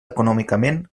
econòmicament